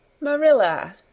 Marilla